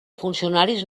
funcionaris